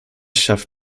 schafft